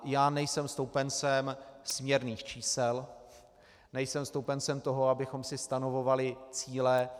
Já nejsem stoupencem směrných čísel, nejsem stoupencem toho, abychom si stanovovali cíle.